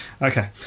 Okay